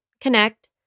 connect